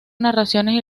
narraciones